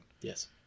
Yes